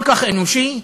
כל כך אנושי,